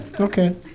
Okay